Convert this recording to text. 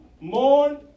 mourn